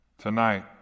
Tonight